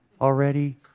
already